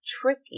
tricky